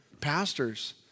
Pastors